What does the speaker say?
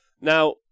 now